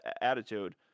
attitude